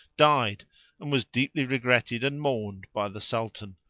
died and was deeply regretted and mourned by the sultan,